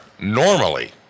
normally